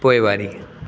पोइवारी